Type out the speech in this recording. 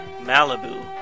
Malibu